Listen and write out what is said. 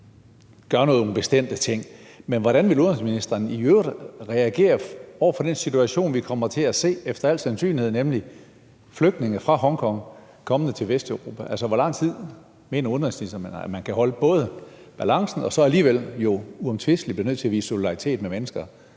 gør nogle bestemte ting, men hvordan vil udenrigsministeren i øvrigt reagere i forhold til den situation, vi efter al sandsynlighed kommer til at se, nemlig flygtninge fra Hongkong kommende til Vesteuropa? Altså, hvor lang tid mener udenrigsministeren, at man kan holde balancen, og så alligevel uomtvisteligt blive nødt til at vise solidaritet med mennesker,